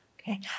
okay